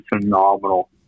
phenomenal